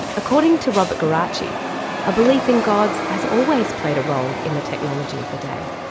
according to robert geraci a belief in gods has always played a role in the technology of the day.